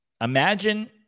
Imagine